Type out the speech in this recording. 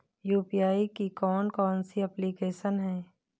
UPI की कौन कौन सी एप्लिकेशन हैं?